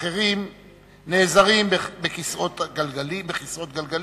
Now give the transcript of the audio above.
אחרים נעזרים בכיסאות גלגלים,